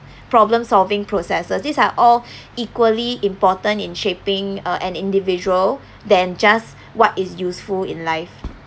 problem solving processes this are all equally important in shaping uh an individual than just what is useful in life